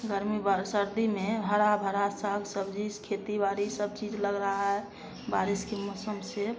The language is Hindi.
गर्मी सर्दी में हरा भरा साग सब्जी खेती बाड़ी सब चीज लग रहा है बारिश के मौसम से